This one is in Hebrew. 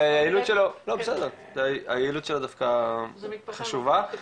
היעילות שלו דווקא חשובה.